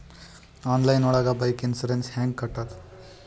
Online ಒಳಗೆ bike insurance ಹ್ಯಾಂಗ್ ಕಟ್ಟುದು?